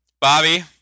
Bobby